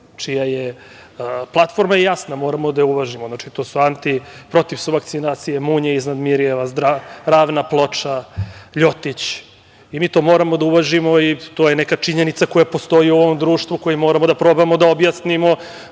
Platforma je jasna, moramo da je uvažimo. Oni su protiv vakcinacije, „Munje iznad Mirjeva“, „Ravna ploča“, „Ljotić“. Mi to moramo da uvažimo i to je neka činjenica koja postoji u ovom društvu, kojima moramo da probamo da objasnimo